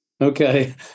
okay